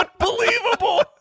unbelievable